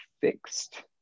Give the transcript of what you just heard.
fixed